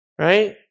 Right